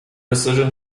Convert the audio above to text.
decision